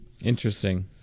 Interesting